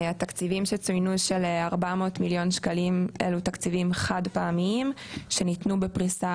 התקציבים שצוינו של 400 מיליון שקלים אלו תקציבים חד פעמיים שניתנו בפריסה